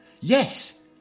Yes